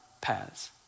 paths